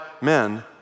men